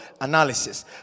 analysis